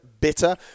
bitter